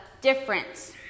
difference